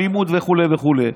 הלימוד וכו' וכו'.